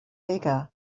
bigger